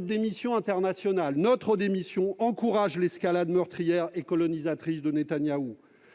démission internationale et la nôtre encouragent l'escalade meurtrière et colonisatrice de Netanyahou.